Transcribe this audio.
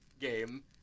game